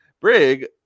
Brig